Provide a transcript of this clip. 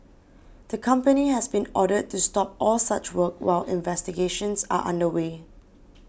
the company has been ordered to stop all such work while investigations are under way